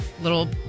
little